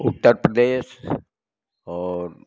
उत्तर प्रदेश और